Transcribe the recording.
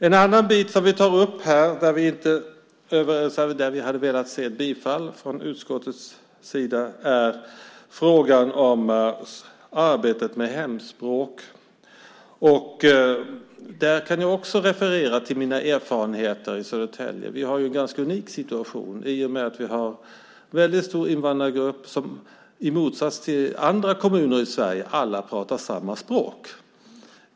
En annan fråga som vi tar upp gäller hemspråk, och där hade vi velat få utskottets stöd. Där kan jag också referera till mina erfarenheter i Södertälje. Vi har en ganska unik situation i och med att vi har en väldigt stor invandrargrupp som, i motsats till hur det är i andra kommuner i Sverige, talar samma språk.